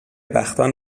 بختان